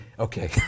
Okay